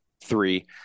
three